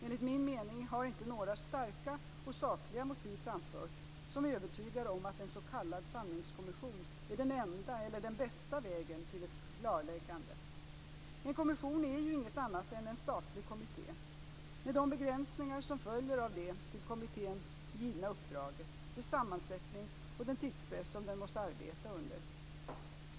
Enligt min mening har inte några starka och sakliga motiv framförts som övertygar om att en s.k. sanningskommission är den enda eller den bästa vägen till ett klarläggande. En kommission är ju inget annat än en statlig kommitté, med de begränsningar som följer av det till kommittén givna uppdraget, dess sammansättning och den tidspress som den måste arbeta under.